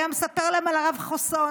והיה מספר להם על הרב חסון,